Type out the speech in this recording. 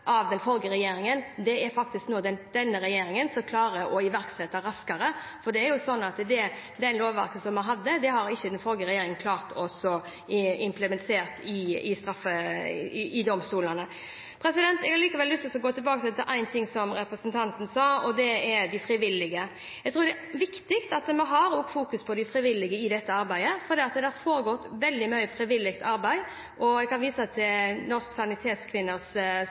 av den forrige regjeringen, er det faktisk denne regjeringen som klarer å iverksette raskere, for det lovverket vi hadde, klarte ikke den forrige regjeringen å implementere i domstolene. Jeg har likevel lyst til å gå tilbake til noe som representanten snakket om, og det er de frivillige. Jeg tror det er viktig at vi også fokuserer på de frivillige i dette arbeidet, for det foregår veldig mye frivillig arbeid. Jeg kan vise til